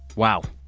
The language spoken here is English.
wow.